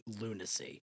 lunacy